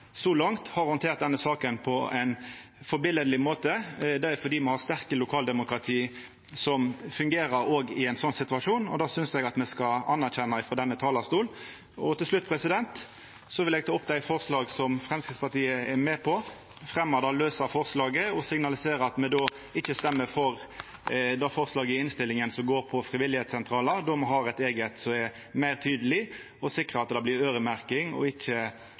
så langt, har handtert denne saka på ein eineståande måte. Det er fordi me har sterke lokaldemokrati som fungerer òg i ein slik situasjon. Det synest eg at me skal anerkjenna frå denne talarstolen. Så vil eg ta opp Framstegspartiets forslag og dei forslaga som Framstegspartiet er med på. Eg vil òg signalisera at me ikkje stemmer for det forslaget i innstillinga som gjeld frivilligsentralar, då me har eit eige forslag, som er meir tydeleg, der me sikrar at det blir øyremerking og ikkje